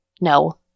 No